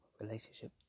relationship